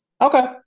Okay